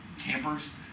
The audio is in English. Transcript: campers